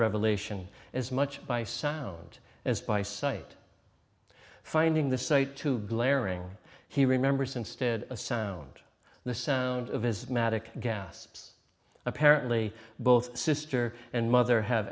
revelation as much by sound as by sight finding the site to glaring he remembers instead a sound the sound of his magic gasps apparently both sister and mother have